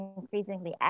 increasingly